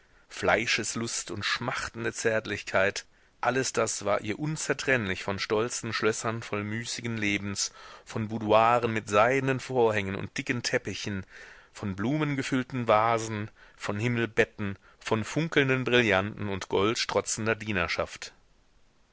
fleischeslust und schmachtende zärtlichkeit alles das war ihr unzertrennlich von stolzen schlössern voll müßigen lebens von boudoiren mit seidnen vorhängen und dicken teppichen von blumengefüllten vasen von himmelbetten von funkelnden brillanten und